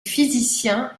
physicien